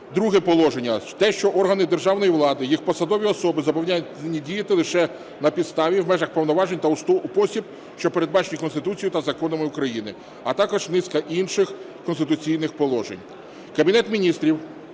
Друге положення. Те, що органи державної влади, їх посадові особи зобов'язані діяти лише на підставі і в межах повноважень та у спосіб, що передбачені Конституцією та законами України. А також низка інших конституційних положень. Кабінет Міністрів